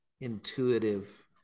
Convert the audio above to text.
intuitive